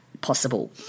possible